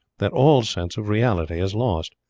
that all sense of reality is lost.